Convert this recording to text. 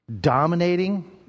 dominating